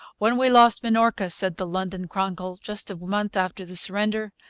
when we lost minorca said the london chronicle, just a month after the surrender,